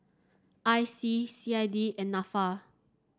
I C C I D and NAFA